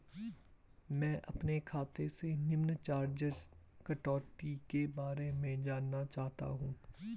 मैं अपने खाते से निम्न चार्जिज़ कटौती के बारे में जानना चाहता हूँ?